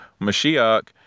Mashiach